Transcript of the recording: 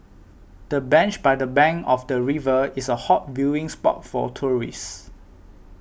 the bench by the bank of the river is a hot viewing spot for tourists